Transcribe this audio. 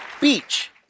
beach